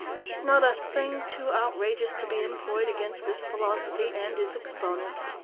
not a thing too outrageous to be employed against this philosophy and its exponents.